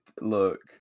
look